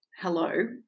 hello